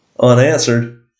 unanswered